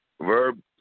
Verb